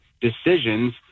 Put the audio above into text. decisions